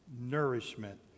nourishment